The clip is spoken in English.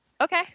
Okay